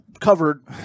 covered